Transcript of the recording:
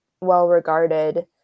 well-regarded